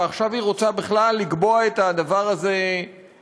ועכשיו היא רוצה בכלל לקבוע את הדבר הזה במסמרות,